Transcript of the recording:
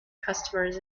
customers